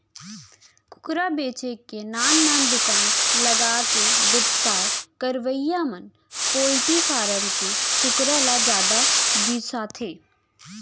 कुकरा बेचे के नान नान दुकान लगाके बेवसाय करवइया मन पोल्टी फारम के कुकरा ल जादा बिसाथें